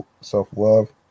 Self-Love